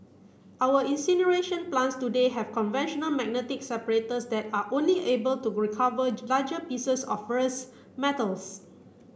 our incineration plants today have conventional magnetic separators that are only able to recover larger pieces of ferrous metals